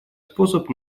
способ